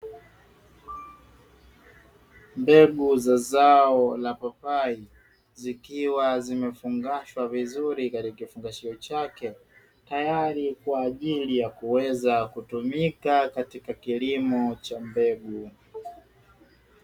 Mbegu za zao la papai zikiwa zimefungashwa vizuri katika kifungashio chake, tayari kwa ajili ya kuweza kutumika katika kilimo cha mbegu.